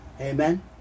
Amen